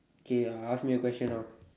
K ask me a question now